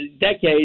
decades